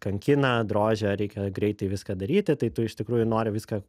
kankina drožia reikia greitai viską daryti tai tu iš tikrųjų nori viską